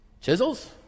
chisels